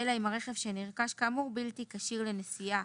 אלא אם הרכב שנרכש כאמור בלתי כשיר לנסיעה